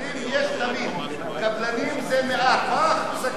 מה אחוז הקבלנים לעומת העובדים?